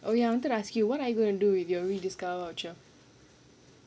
oh ya I wanted to ask you what are you going to do with your Rediscover voucher